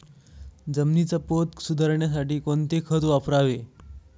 जमिनीचा पोत सुधारण्यासाठी कोणते खत वापरावे?